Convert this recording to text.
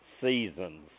seasons